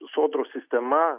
sodros sistema